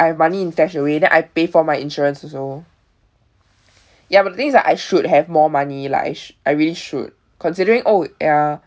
I have money invest away then I pay for my insurance also ya but the thing is like I should have more money lah I sh~ I really should considering oh ya